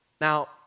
Now